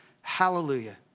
Hallelujah